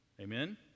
Amen